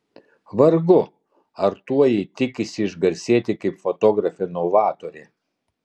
vargu ar tuo ji tikisi išgarsėti kaip fotografė novatorė